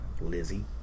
Lizzie